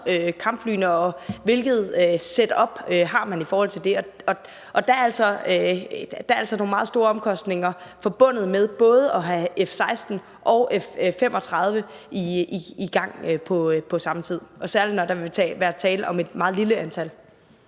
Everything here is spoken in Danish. kampflyene, dels hvilket set-up man har i forhold til det. Og der er altså nogle meget store omkostninger forbundet med både at have F-16 og F-35 i gang på samme tid – særlig når der vil være tale om et meget lille antal.